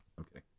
Okay